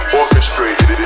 orchestrated